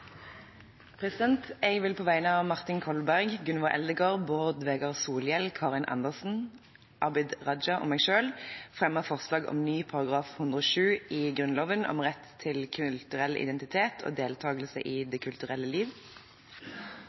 grunnlovsforslag. Jeg vil på vegne av representantene Martin Kolberg, Gunvor Eldegard, Bård Vegar Solhjell, Karin Andersen, Abid Q. Raja og meg selv fremme forslag om ny § 107, om rett til kulturell identitet og deltakelse i det kulturelle liv.